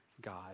God